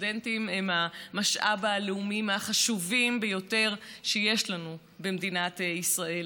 סטודנטים הם המשאב הלאומי מהחשובים ביותר שיש לנו במדינת ישראל.